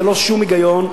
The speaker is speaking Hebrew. ללא שום היגיון,